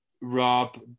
Rob